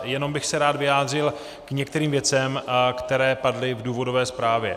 Jenom bych se rád vyjádřil k některým věcem, které padly v důvodové zprávě.